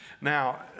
Now